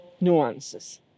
nuances